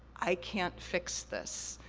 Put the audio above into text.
i can't fix this.